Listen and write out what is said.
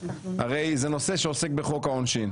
הרי זה נושא שעוסק בחוק העונשין.